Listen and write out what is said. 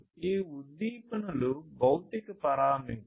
ఈ ఉద్దీపనలు భౌతిక పారామితులు